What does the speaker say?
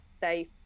safe